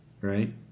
Right